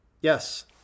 Yes